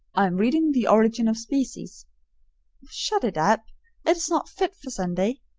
i am reading the origin of species shut it up it's not fit for sunday.